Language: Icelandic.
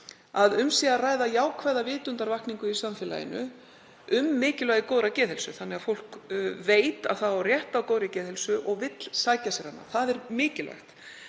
að um sé að ræða jákvæða vitundarvakningu í samfélaginu um mikilvægi góðrar geðheilsu. Fólk veit þannig að það á rétt á góðri geðheilsu og vill sækja sér hana. Það er mikilvægt.